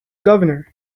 governor